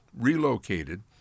relocated